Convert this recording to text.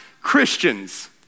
Christians